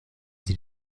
sie